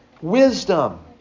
wisdom